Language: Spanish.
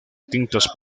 tintas